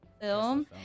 film